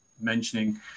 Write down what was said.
mentioning